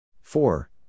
four